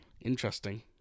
interesting